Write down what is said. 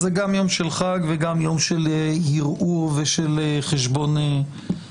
זה גם יום של חג וגם יום של הרהור ושל חשבון נפש.